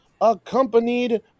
accompanied